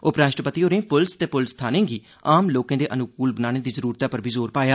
उपराष्ट्रपति होरें पुलस ते पुलस थानें गी आम लोकें दे अनुकूल बनाने दी जरूरतै पर जोर पाया